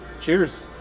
Cheers